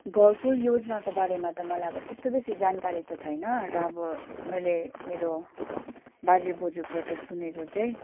घर कुल योजनाको बारेमा त मलाई अब त्यस्तो बेसी जानकारी त छैन र अब मैले मेरो बाजे बोजूकोबाट सुनेको चाहिँ